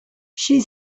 she